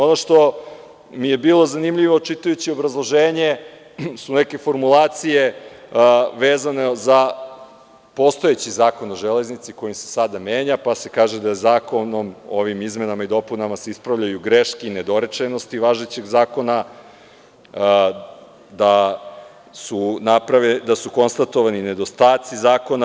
Ono što mi je bilo zanimljivo čitajući obrazloženje su neke formulacije vezano za postojeći Zakon o železnici koji se sada menja, pa se kaže da se zakonom o ovim izmenama i dopunama ispravljaju greške i nedorečenosti važećeg zakona, da su konstatovani nedostaci zakona.